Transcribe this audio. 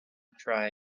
try